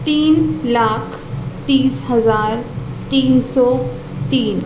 تین لاکھ تیس ہزار تین سو تین